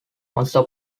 also